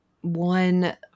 one